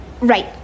Right